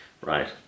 right